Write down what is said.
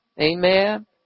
Amen